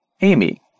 Amy